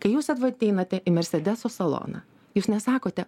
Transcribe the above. kai jūs ateinate į mersedeso saloną jūs nesakote